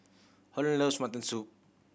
Holland loves mutton soup